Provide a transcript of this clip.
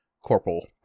Corporal